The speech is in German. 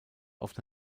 auf